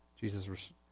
Jesus